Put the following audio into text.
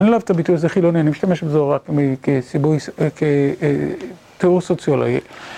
אני לא אוהב את הביטוי הזה חילוני, אני משתמש בזה רק כתיאור סוציולוגי